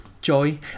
Joy